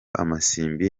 amasimbi